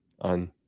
on